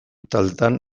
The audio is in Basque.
taldetan